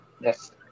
Yes